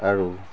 আৰু